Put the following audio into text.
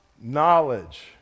knowledge